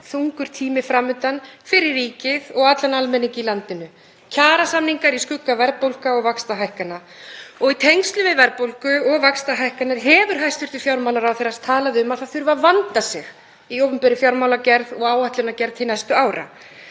þungur tími fram undan fyrir ríkið og allan almenning í landinu, kjarasamningar í skugga verðbólgu og vaxtahækkana. Í tengslum við verðbólgu og vaxtahækkanir hefur hæstv. fjármálaráðherra talað um að það þurfi að vanda sig í opinberri fjármálagerð og áætlanagerð til næstu ára.